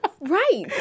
Right